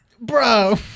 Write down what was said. Bro